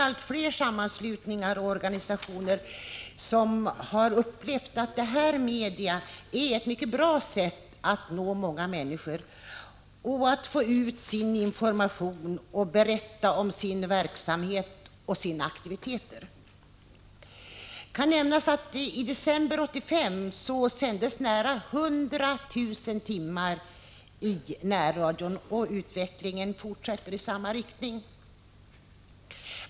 Allt fler sammanslutningar och organisationer har upplevt att detta medium erbjuder en mycket bra möjlighet att nå många människor, att få ut sin information och berätta om sin verksamhet och sina aktiviteter. Det kan nämnas att i december 1985 sändes program under nära 100 000 timmar i närradion, och utvecklingen fortsätter i samma takt.